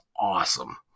awesome